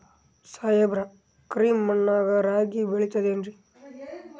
ಸಾಹೇಬ್ರ, ಕರಿ ಮಣ್ ನಾಗ ರಾಗಿ ಬೆಳಿತದೇನ್ರಿ?